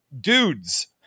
dudes